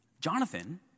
Jonathan